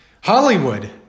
Hollywood